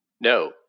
No